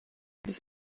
this